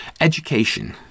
Education